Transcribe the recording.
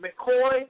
McCoy